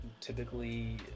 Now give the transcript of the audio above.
typically